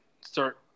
start